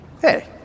Hey